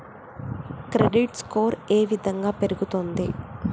Credit score ఏ విధంగా పెరుగుతుంది?